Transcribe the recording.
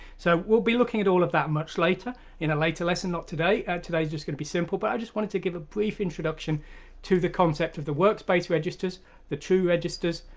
so we'll be looking at all of that much later in a later lesson not today. today's just going to be simple, but i just wanted to give a brief introduction to the concept of the workspace registers the true registers,